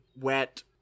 wet